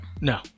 No